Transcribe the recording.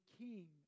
king